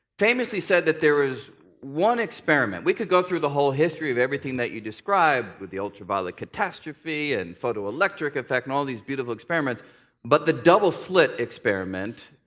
famously said that there was one experiment we can go through the whole history of everything you described, with the ultraviolet catastrophe and photoelectric effect and all these beautiful experiments but the double slit experiment,